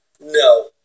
No